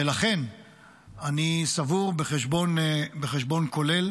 ולכן בחשבון כולל